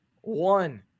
one